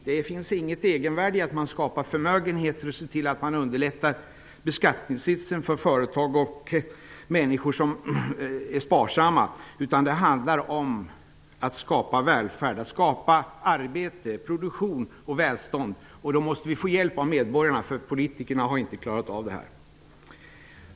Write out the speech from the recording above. Det finns inte något egenvärde i att man skapar förmögenheter och ser till att man förbättrar skattesitsen för företag och människor som är sparsamma. Det handlar om att skapa välfärd, att skapa arbete, produktion och välstånd. Då måste vi få hjälp av medborgarna, eftersom politikerna inte har klarat av detta.